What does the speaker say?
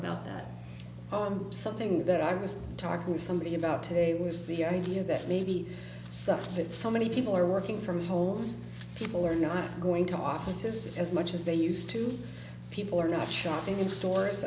about that something that i was talking to somebody about today was the idea that maybe some of that so many people are working from home people are not going to offices as much as they used to people are not shopping in stores